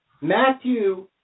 Matthew